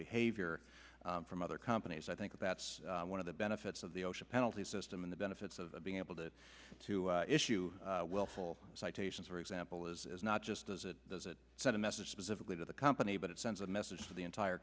behavior from other companies i think that's one of the benefits of the osha penalty system in the benefits of being able to to issue willful citations for example is not just does it does it send a message specifically to the company but it sends a message to the entire